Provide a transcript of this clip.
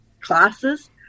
classes